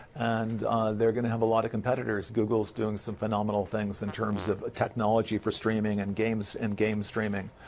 and they're going to have a lot of competitors. google is doing phenomenal things in terms of technology for streaming and game so and game streaming.